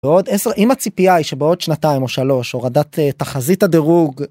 עוד עשר... אם הציפייה שבעוד שנתיים או שלוש הורדת תחזית הדירוג.